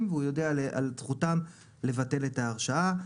והוא יודיע על זכותם לבטל את ההרשאה.